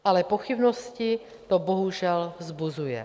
Ale pochybnosti to bohužel vzbuzuje.